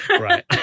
Right